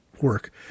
work